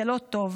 זה לא טוב.